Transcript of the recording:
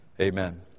Amen